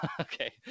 Okay